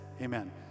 amen